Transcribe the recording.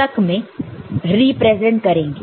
तक में रिप्रेजेंट करेंगे